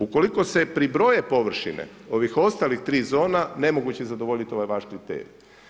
Ukoliko se pribroje površine ovih ostalih 3 zona, nemoguće je zadovoljiti ovaj vaš kriterij.